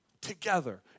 together